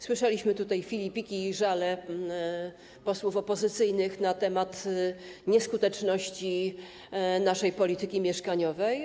Słyszeliśmy tutaj filipiki i żale posłów opozycyjnych na temat nieskuteczności naszej polityki mieszkaniowej.